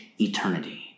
eternity